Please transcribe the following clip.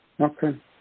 Okay